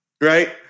right